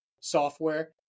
software